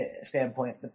standpoint